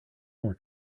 more